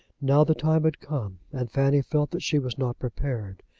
now the time had come, and fanny felt that she was not prepared.